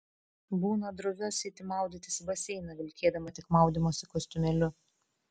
būna droviuosi eiti maudytis į baseiną vilkėdama tik maudymosi kostiumėliu